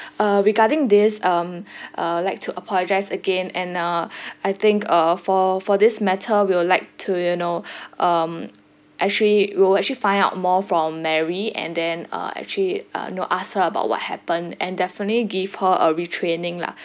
uh regarding this um I would like to apologise again and uh I think uh for for this matter we'll like to you know um actually we'll actually find out more from mary and then uh actually uh know ask her about what happened and definitely give her a retraining lah